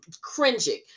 cringing